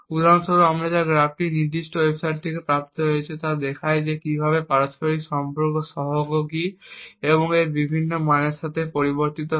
উদাহরণ স্বরূপ এই গ্রাফটি যা এই নির্দিষ্ট ওয়েবসাইট থেকে প্রাপ্ত হয়েছে তা দেখায় কিভাবে সর্বোচ্চ পারস্পরিক সম্পর্ক সহগ কী এর বিভিন্ন মানের সাথে পরিবর্তিত হয়